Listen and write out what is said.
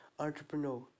Entrepreneur